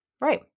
Right